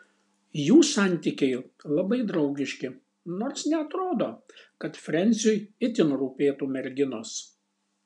jų santykiai labai draugiški nors neatrodo kad frensiui itin rūpėtų merginos